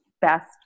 best